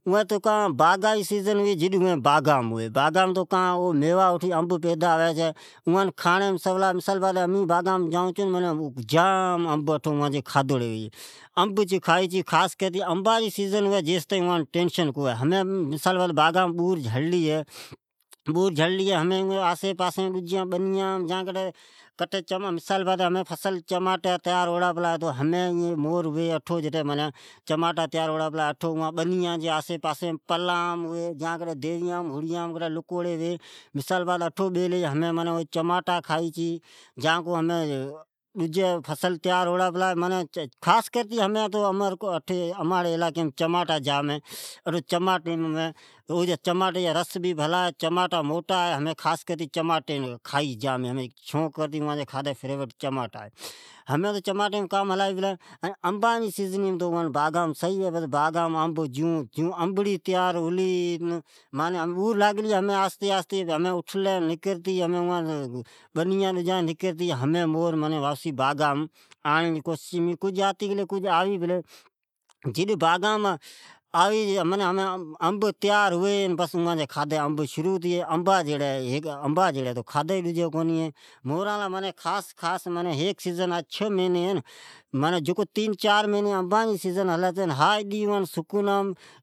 اوین تو کاں باغامین ھوی ،کاتومیوا اٹھو انب جام پیدا جام ھوی چھی، واں کھانڑیم سولا ،مثالا جی باٹ ھی جڈ امین باعام جائون چھون جڈ جام انب کھادوڑے ھوی چھے، بس رگی انب کھائی چھی ۔اواں ٹینسن کو ھوی ھمین باغی بور جھلھی تو اوین ھمین بنیام ھوی ، آسی پاسیمین ،فصل تیار پلا ھئی اوم اٹھو جام ٹماٹے تیار پلے ھے۔ ھمین اٹھو ھوی ،آسی پاسی بنیا مینی یا پلا مین ،دیویا جی جھنگ مان لکوڑی ھوی ۔ مثال طور ھمین اماٹھ رگا ٹماٹا ھے، ٹماٹا موٹا ھی ٹماٹے مین رس بھے جام ھے ۔ خاص کرتے اون جی کھادے ٹماٹا ھے ۔پچھے جیون بور ری مین انبڑیا لاگلا ھی ھمین تھڑی تھوڑی باغان آوی پلئ کجھ آلی ھے۔ کجھ روھیڑی ھے اوی بھی آوی ۔ انب ھڈ انب تیار ھئی تو اوان جی کھاڈی انب ھی۔ سیزن ھے انبا جیڑی کھادی کونی ۔ھا پوری سیزن یا چھئ مھین انبا جی سیزن ھلی چھی اڈی سکونام گزری چھی ۔